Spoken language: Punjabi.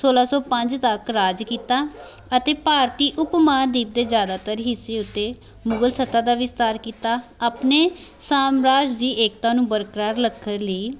ਸੋਲਾਂ ਸੌ ਪੰਜ ਤੱਕ ਰਾਜ ਕੀਤਾ ਅਤੇ ਭਾਰਤੀ ਉਪ ਮਹਾਂਦੀਪ ਦੇ ਜ਼ਿਆਦਾਤਰ ਹਿੱਸੇ ਉੱਤੇ ਮੁਗ਼ਲ ਸੱਤਾ ਦਾ ਵਿਸਥਾਰ ਕੀਤਾ ਆਪਣੇ ਸਾਮਰਾਜ ਦੀ ਏਕਤਾ ਨੂੰ ਬਰਕਰਾਰ ਰੱਖਣ ਲਈ